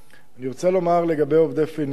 אני רוצה לומר לגבי עובדי "פניציה",